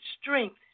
strength